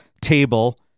table